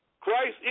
Christ